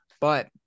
But-